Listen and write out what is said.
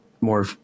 more